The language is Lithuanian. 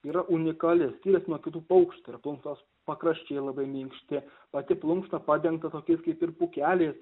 yra unikali skiriasi nuo kitų paukščių tai yra plunksnos pakraščiai labai minkšti pati plunksna padengta tokiais kaip ir pūkeliais